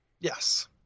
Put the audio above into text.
Yes